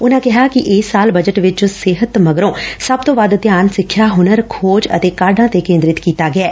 ਉਨੂਾ ਕਿਹਾ ਕਿ ਇਸ ਸਾਲ ਬਜਟ ਵਿਚ ਸਿਹਤ ਮੰਗਰੋਂ ਸਭ ਤੋਂ ਵੱਧ ਧਿਆਨ ਸਿੱਖਿਆ ਹੁਨਰ ਖੋਜ ਅਤੇ ਕਾਢਾਂ ਤੇ ਕੇਂਦਰਿਤ ਕੀਤਾ ਗਿਐ